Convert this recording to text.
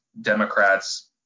Democrats